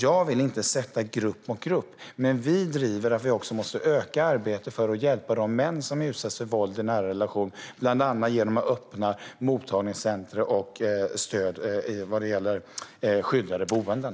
Jag vill inte sätta grupp mot grupp, men vi driver att vi också måste öka arbetet för att hjälpa de män som utsätts för våld i nära relation, bland annat genom att öppna mottagningscentrum och att ge stöd vad gäller skyddade boenden.